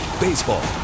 Baseball